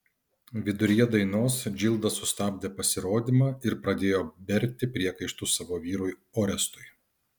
viduryje dainos džilda sustabdė pasirodymą ir pradėjo berti priekaištus savo vyrui orestui